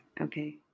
Okay